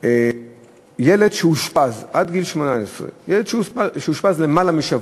שילד עד גיל 18 שאושפז במשך למעלה משבוע,